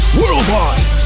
worldwide